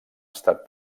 estat